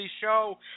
show